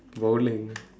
bowling